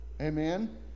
Amen